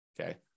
okay